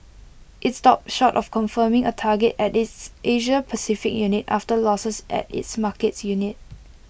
IT stopped short of confirming A target at its Asia Pacific unit after losses at its markets unit